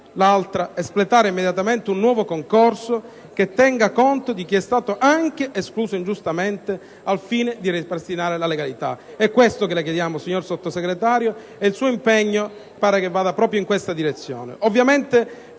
di espletare immediatamente un nuovo concorso, che tenga conto di chi è stato anche escluso ingiustamente, al fine di ripristinare la legalità. È questo che le chiediamo, signor Sottosegretario, e mi pare che il suo impegno vada proprio in questa direzione. Ovviamente,